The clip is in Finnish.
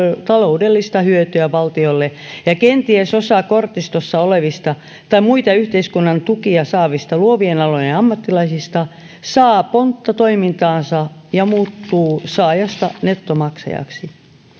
taloudellista hyötyä valtiolle ja kenties osa kortistossa olevista tai muista yhteiskunnan tukia saavista luovien alojen ammattilaisista saa pontta toimintaansa ja muuttuu saajasta nettomaksajaksi